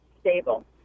stable